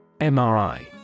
MRI